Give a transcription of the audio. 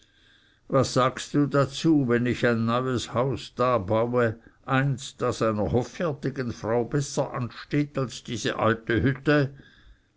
was sagst du dazu wenn ich ein neues haus da baue eins das einer hoffärtigen frau besser ansteht als diese alte hütte